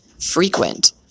Frequent